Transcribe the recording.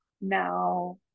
now